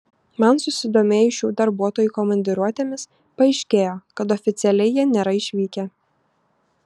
man susidomėjus šių darbuotojų komandiruotėmis paaiškėjo kad oficialiai jie nėra išvykę